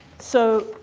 so,